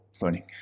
learning